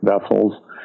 vessels